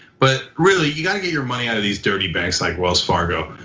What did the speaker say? but really, you gotta get your money out of these dirty banks like wells fargo.